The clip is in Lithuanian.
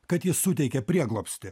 kad jis suteikia prieglobstį